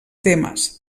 temes